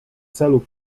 celu